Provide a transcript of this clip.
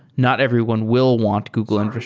not everyone will want google and